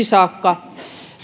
saakka